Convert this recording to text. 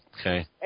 Okay